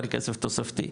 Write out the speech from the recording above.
על כסף תוספתי,